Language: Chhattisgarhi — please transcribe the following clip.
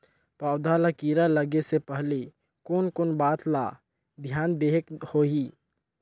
पौध ला कीरा लगे से पहले कोन कोन बात ला धियान देहेक होही?